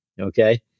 okay